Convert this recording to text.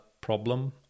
problem